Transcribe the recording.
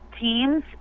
teams